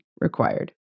required